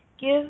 Give